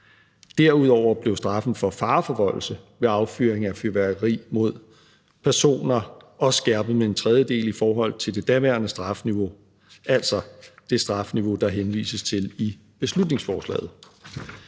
Derudover blev straffen for fareforvoldelse ved affyring af fyrværkeri mod personer også skærpet med en tredjedel i forhold til det daværende strafniveau, altså det strafniveau, der henvises til i beslutningsforslaget.